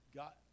got